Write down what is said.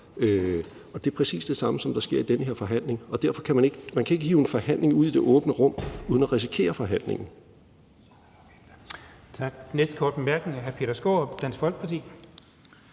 det er præcis det samme, der sker i den her forhandling. Man kan ikke hive en forhandling ud i det åbne rum uden at risikere forhandlingen.